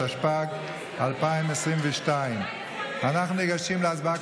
התשפ"ג 2022. אנחנו ניגשים להצבעה,